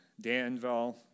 Danville